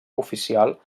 oficial